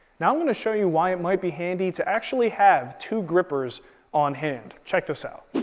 now i'm going to show you why it might be handy to actually have two grr-rippers on hand. check this out.